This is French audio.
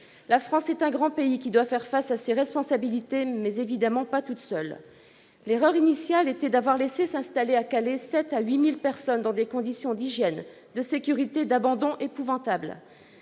La France est un grand pays qui doit faire face à ses responsabilités, mais elle ne saurait évidemment y parvenir seule. L'erreur initiale a été d'avoir laissé s'installer à Calais de 7 000 à 8 000 personnes dans des conditions d'hygiène, de sécurité et d'abandon épouvantables.